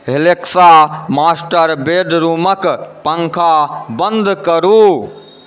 Alexa master bedroom क पंखा बन्द करू